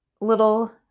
little